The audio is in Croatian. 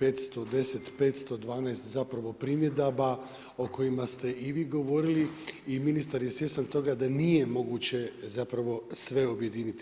510, 512 primjedaba o kojima ste i vi govorili i ministar je svjestan toga da nije moguće zapravo sve objediniti.